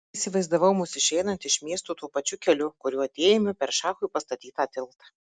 įsivaizdavau mus išeinant iš miesto tuo pačiu keliu kuriuo atėjome per šachui pastatytą tiltą